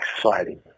society